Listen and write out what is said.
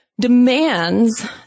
demands